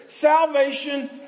Salvation